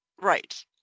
right